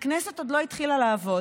הכנסת עוד לא התחילה לעבוד,